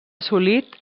assolit